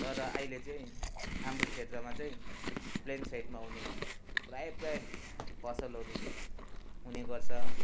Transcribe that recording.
तर अहिले चाहिँ हाम्रो क्षेत्रमा चाहिँ प्लेन साइडमा हुने प्रायः प्रायः फसलहरू हुने गर्छ